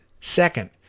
Second